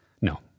no